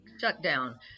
shutdown